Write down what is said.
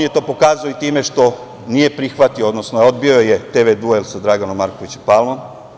On je to pokazao i time što nije prihvatio, odnosno odbio je TV duel sa Draganom Markovićem Palmom.